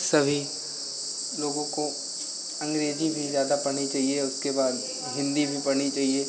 सभी लोगों को अंग्रेज़ी भी ज़्यादा पढ़नी चहिए और उसके बाद हिन्दी भी पढ़नी चहिए